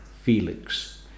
Felix